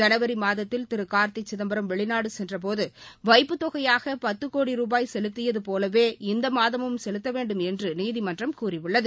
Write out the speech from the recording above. ஜனவரி மாதத்தில் திரு கார்த்தி சிதம்பரம் வெளிநாடு சென்றபோது வைப்பு தொகையாக பத்து கோடி ரூபாய் செலுத்தியது போலவே இந்த மாதமும் செலுத்த வேண்டும் என்று நீதிமன்றம் கூறியுள்ளது